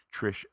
Trish